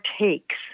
takes